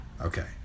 okay